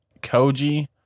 Koji